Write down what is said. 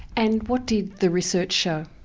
and what did the research show?